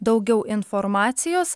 daugiau informacijos